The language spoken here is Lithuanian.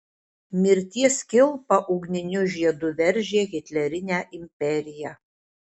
mirties kilpa ugniniu žiedu veržė hitlerinę imperiją